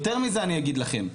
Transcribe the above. יותר מזה אני אגיד לכם,